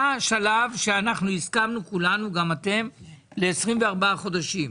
היה שלב בו הסכמנו כולנו, גם אתם, ל-24 חודשים.